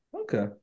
Okay